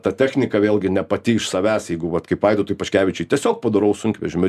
ta technika vėlgi ne pati iš savęs jeigu vat kaip vaidotui paškevičiui tiesiog padoraus sunkvežimio